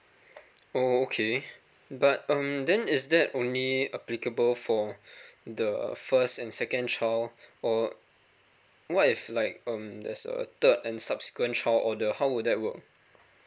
oh okay but um then is that only applicable for the first and second child or what if like um there's a third and subsequent child order how would that work